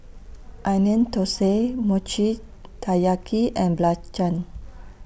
Onion Thosai Mochi Taiyaki and Belacan